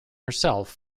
herself